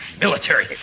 military